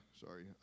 sorry